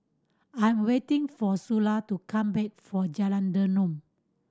I'm waiting for Sula to come back for Jalan Derum